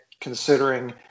considering